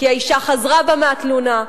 כי האשה חזרה בה מהתלונה,